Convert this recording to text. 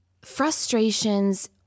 frustrations